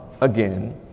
again